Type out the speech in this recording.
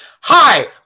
Hi